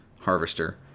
harvester